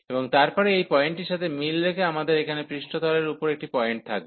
এবং তারপরে এই পয়েন্টটির সাথে মিল রেখে আমাদের এখানে পৃষ্ঠতলের উপর একটি পয়েন্ট থাকবে